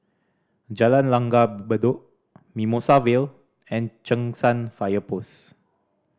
Jalan Langgar Bedok Mimosa Vale and Cheng San Fire Post